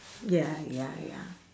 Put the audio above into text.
ya ya ya